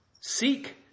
Seek